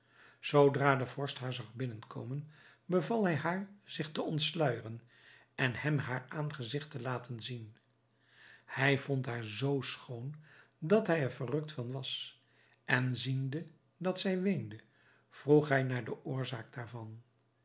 zoodra de vorst haar zag binnenkomen beval hij haar zich te ontsluijeren en hem haar aangezigt te laten zien hij vond haar zoo schoon dat hij er verrukt van was en ziende dat zij weende vroeg hij naar de oorzaak daarvan